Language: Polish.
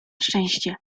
szczęście